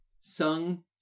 sung